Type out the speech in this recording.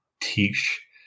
teach